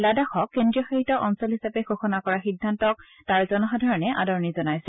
লাডাখক কেন্দ্ৰীয়শাসিত অঞ্চল হিচাপে ঘোষণা কৰাৰ সিদ্ধান্তক তাৰ জনসাধাৰণে আদৰণি জনাইছে